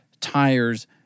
tires